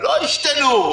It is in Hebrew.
לא השתנו,